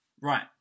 Right